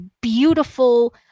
beautiful